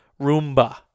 Roomba